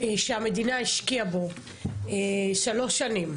שהמדינה השקיעה בו שלוש שנים,